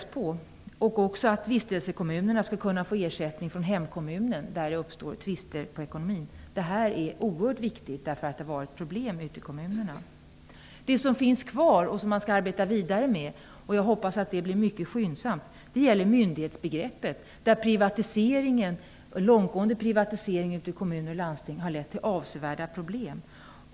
Dessutom skall vistelsekommun kunna få ersättning från hemkommun i de fall där det uppstår tvister om ekonomin. Det här är oerhört viktigt, eftersom det har funnits problem i detta avseende ute i kommunerna. Vad som finns kvar och som man skall arbeta vidare med - jag hoppas att det arbetet sker ytterst skyndsamt - gäller myndighetsbegreppet. Den långtgående privatiseringen i kommuner och landsting har ju lett till avsevärda problem.